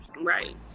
Right